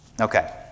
Okay